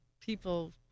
people